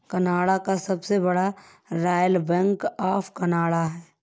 Canada का सबसे बड़ा bank royal bank of Canada है